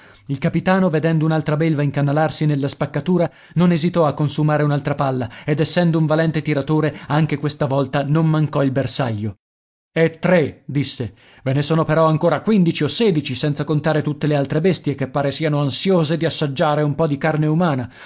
il capitano vedendo un'altra belva incanalarsi nella spaccatura non esitò a consumare un'altra palla ed essendo un valente tiratore anche questa volta non mancò il bersaglio e tre disse ve ne sono però ancora quindici o sedici senza contare tutte le altre bestie che pare siano ansiose di assaggiare un po di carne umana